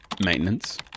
Maintenance